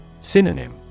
Synonym